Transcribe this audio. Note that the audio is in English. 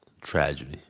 Tragedy